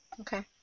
Okay